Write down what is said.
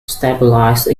stabilize